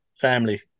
family